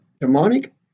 demonic